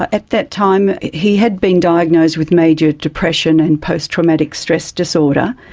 at that time he had been diagnosed with major depression and post-traumatic stress disorder.